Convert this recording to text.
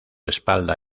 espalda